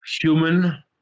human